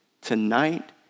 Tonight